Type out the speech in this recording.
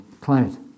climate